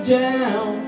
down